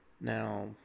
Now